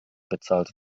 bezahlt